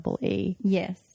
Yes